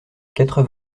quatre